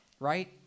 Right